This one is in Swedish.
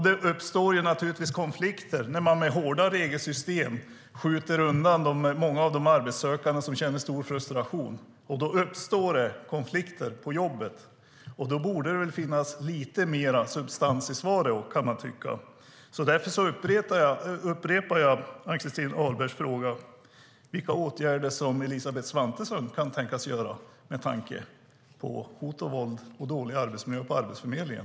Det uppstår naturligtvis konflikter när man med hårda regelsystem skjuter undan många av de arbetssökande som känner stor frustration. Då uppstår konflikter på jobbet. Det borde därför finnas lite mer substans i svaret, kan man tycka, och därför upprepar jag Ann-Christin Ahlbergs fråga: Vilka åtgärder kan Elisabeth Svantesson tänkas vidta med tanke på förekomsten av hot, våld och dålig arbetsmiljö på Arbetsförmedlingen?